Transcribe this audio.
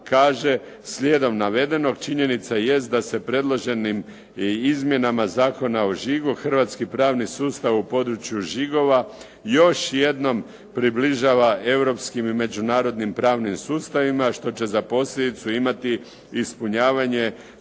kaže slijedom navedenog činjenica jest da se predloženim izmjenama Zakona o žigu hrvatski pravni sustav u području žigova još jednom približava europskim i međunarodnim pravnim sustavima što će za posljedicu imati ispunjavanje